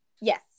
yes